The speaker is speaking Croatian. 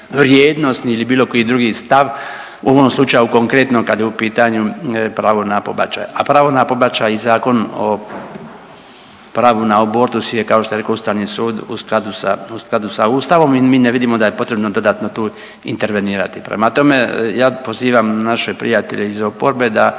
ili bilo koji drugi stav, u ovom slučaju konkretno kada je u pitanje pravo na pobačaj, a pravo na pobačaj i Zakon o pravu na abortus je kao što je rekao ustavni sud u skladu sa, u skladu sa ustavom i mi ne vidimo da je potrebno dodatno tu intervenirati. Prema tome, ja pozivam naše prijatelje iz oporbe da,